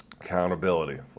accountability